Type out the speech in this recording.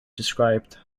described